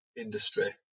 industry